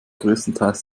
größtenteils